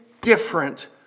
different